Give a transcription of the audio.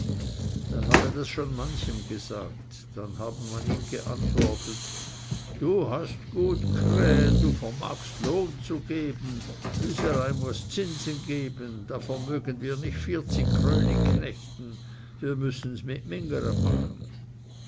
er habe das schon manchem gesagt dann habe man ihm geantwortet du hast gut krähen du vermagst lohn zu geben üsereim muß zinsen geben da vermögen wir nicht vierzigkrönig knechten wir müssens mit mingere machen